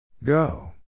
Go